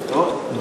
לא?